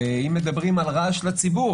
אם מדברים על רעש לציבור,